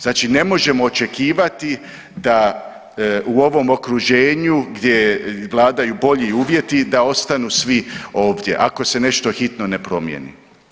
Znači ne možemo očekivati da u ovom okruženju gdje vladaju bolji uvjeti da ostanu svi ovdje ako se nešto hitno ne promijeni.